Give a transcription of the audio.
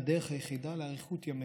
הדרך היחידה לאריכות ימיך".